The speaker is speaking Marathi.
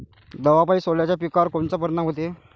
दवापायी सोल्याच्या पिकावर कोनचा परिनाम व्हते?